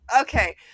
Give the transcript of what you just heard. Okay